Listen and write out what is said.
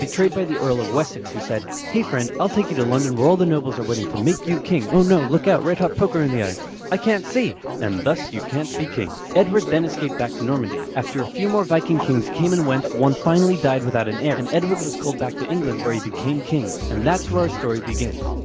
betrayed by the earl of wessex who said, hey friend. i'll take you to london where all the nobles are waiting to make you king oh no, look out, red-hot poker in the eyes i can't see and thus you can't be king edward then escaped back to normandy. after a few more viking kings came and went, one finally died without an heir, and edward was called back to england where he became king. and that's where our story begins.